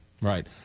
Right